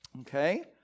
Okay